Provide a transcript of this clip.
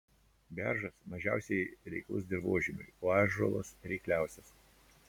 beržas mažiausiai reiklus dirvožemiui o ąžuolas reikliausias